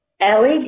LED